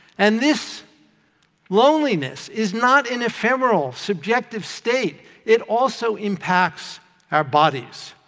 and this loneliness is not an ephemeral, subjective state it also impacts our bodies,